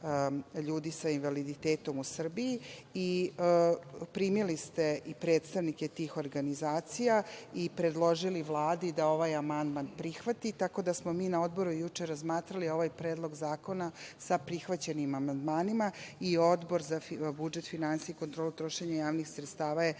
ljudi sa invaliditetom u Srbiji. Primili ste i predstavnike tih organizacija i predložili Vladi da ovaj amandman prihvati, tako da smo mi na odboru juče razmatrali ovaj Predlog zakona sa prihvaćenim amandmanima i Odbor za budžet, finansije i kontrolu trošenja javnih sredstava je